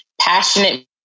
Passionate